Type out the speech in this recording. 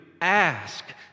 ask